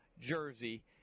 jersey